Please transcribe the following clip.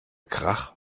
krach